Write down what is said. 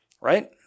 right